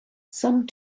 some